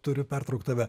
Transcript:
turiu perbraukt tave